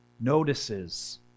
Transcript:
notices